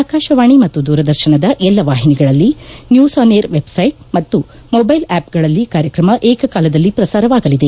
ಆಕಾಶವಾಣಿ ಮತ್ತು ದೂರದರ್ಶನದ ಎಲ್ಲ ವಾಹಿನಿಗಳಲ್ಲಿ ನ್ಯೂಸ್ ಆನ್ ಏರ್ ವೆಬ್ಸೈಟ್ ಮತ್ತು ನ್ಯೂಸ್ ಆನ್ ಏರ್ ಮೊಬೈಲ್ ಆ್ಯಪ್ಗಳಲ್ಲಿ ಕಾರ್ಯಕ್ರಮ ಏಕಕಾಲದಲ್ಲಿ ಪ್ರಸಾರವಾಗಲಿದೆ